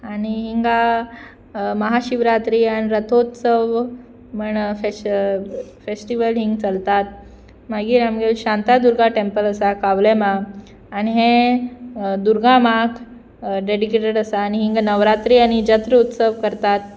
आनी हिंगा महाशिवरात्री आनी रथोत्सव म्हण फेश फेस्टिवल हिंगा चलतात मागीर आमगे शांतादुर्गा टॅम्पल आसा कावलेमा आनी हें दुर्गा मांक डॅडिकेटेड आसा आनी हिंगा नवरात्री आनी जत्र उत्सव करतात